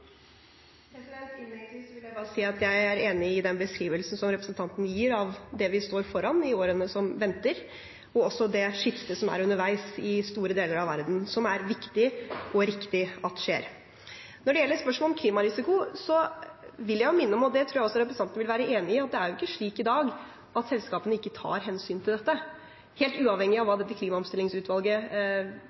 vil jeg bare si at jeg er enig i den beskrivelsen som representanten gir av det vi står foran i årene som venter, og også det skiftet som er underveis i store deler av verden, som er viktig og riktig at skjer. Når det gjelder spørsmålet om klimarisiko, vil jeg minne om – og det tror jeg også representanten vil være enig i – at det er jo ikke slik i dag at selskapene ikke tar hensyn til dette. Helt uavhengig av hva dette klimaomstillingsutvalget